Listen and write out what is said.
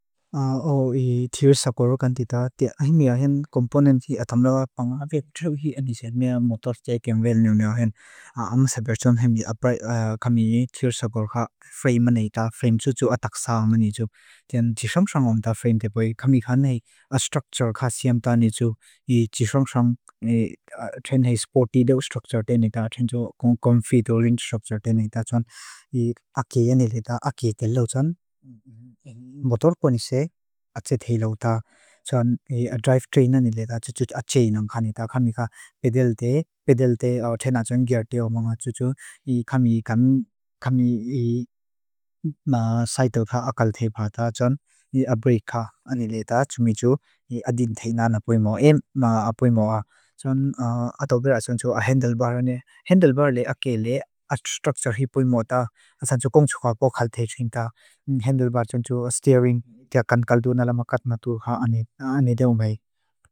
O, i thir sagor kan tita. Tia ahimia hain componenti athamlaua panga vek truhi anise. Mea motos tia i keam vel niu niu ahin. Aam saber tsum ahimia abraa kami i thir sagor ka frame maneita. Frame tsutsu ataksa maneitu. Tian tisongsang omita frame tepe. Kami kanei a structure ka siamta nitu. I tisongsang train hai sporty tau structure teneita. Train tsu konfi tau link structure teneita. Tsuan i akia nileita akia telau tsun. Motor konise ache telau ta. Tsuan i drive train anileita. Ache anong kaneita. Kami ka pedal te. Pedal te. Tena tsung gear te omonga. Tsutsu i kami. Kami i kami i. Saito ta akal tepa ta. Tsun i a brake ka anileita. Tsumiju i adin teina na puimua. Ema a puimua a. Tsun ato pira tsung tsu handle bar ane. Handle bar le ake le. A structure hi puimua ta. Asa tsukong tsuka pokal te tsung ta. Handle bar tsung tsu steering. Tia kan kaldu nalamakat na tu. Ane deung bai.